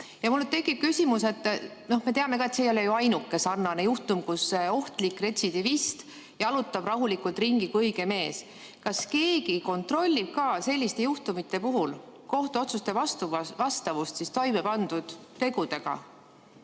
Mul tekib küsimus. Me teame ka, et see ei ole ju ainuke sarnane juhtum, kui ohtlik retsidivist jalutab rahulikult ringi kui õige mees. Kas keegi kontrollib ka selliste juhtumite puhul kohtuotsuste vastavust toimepandud tegudele?